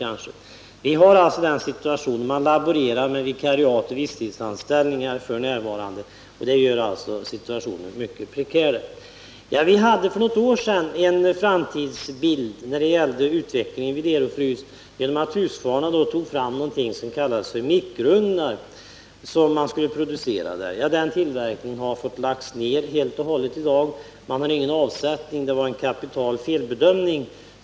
F.n. laborerar man med vikariat och visstidsanställningar, och det gör att situationen blir mycket prekär. För något år sedan började Husqvarna att tillverka någonting som kallades för mikrougnar, men den tillverkningen har nu helt och hållet måst läggas ned. Det blev ingen avsättning, det visade sig vara en fullkomlig felbedömning.